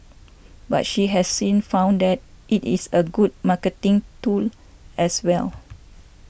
but she has since found that it is a good marketing tool as well